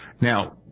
Now